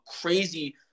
crazy